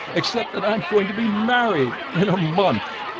except that i'm going to be married in a month.